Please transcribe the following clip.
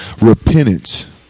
Repentance